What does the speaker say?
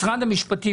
משרד המשפטים,